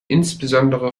insbesondere